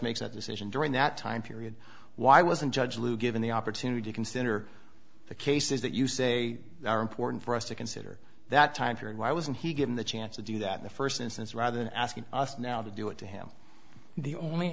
makes a decision during that time period why wasn't judge lou given the opportunity to consider the cases that you say are important for us to consider that time period why wasn't he given the chance to do that in the first instance rather than asking us now to do it to him the only